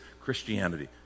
Christianity